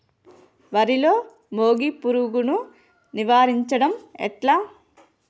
వరిలో మోగి పురుగును నివారించడం ఎట్లా?